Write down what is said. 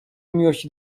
miłości